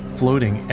floating